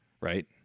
right